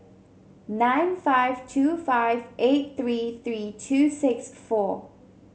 nine five two five eight three three two six four